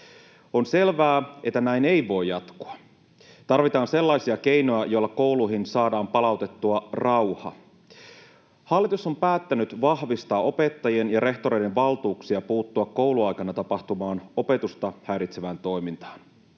On selvää, että näin ei voi jatkua. Tarvitaan sellaisia keinoja, joilla kouluihin saadaan palautettua rauha. Hallitus on päättänyt vahvistaa opettajien ja rehtoreiden valtuuksia puuttua kouluaikana tapahtuvaan opetusta häiritsevään toimintaan.